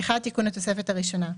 תיקון התוספת הראשונה.